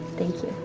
thank you.